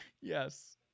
Yes